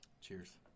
Cheers